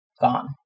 Gone